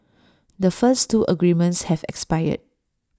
the first two agreements have expired